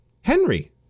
Henry